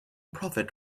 profit